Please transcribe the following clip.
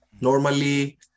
normally